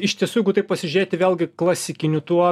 iš tiesų jeigu taip pasižiūrėti vėlgi klasikiniu tuo